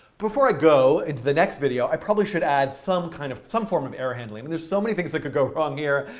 before i go into the next video, i probably should add some kind of some form of error handling. and there's so many things that could go wrong here.